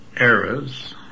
eras